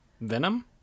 Venom